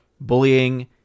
bullying